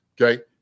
Okay